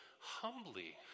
humbly